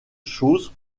chose